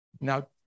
Now